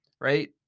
right